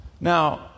Now